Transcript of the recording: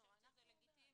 אני חושבת שזה לגיטימי.